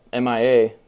MIA